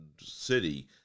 city